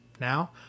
Now